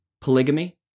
polygamy